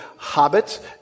hobbits